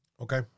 Okay